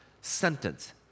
sentence